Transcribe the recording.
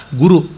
guru